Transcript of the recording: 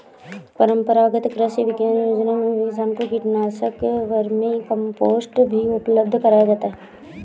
परम्परागत कृषि विकास योजना में किसान को कीटनाशक, वर्मीकम्पोस्ट भी उपलब्ध कराया जाता है